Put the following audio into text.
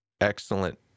excellent